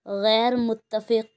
غیرمتفق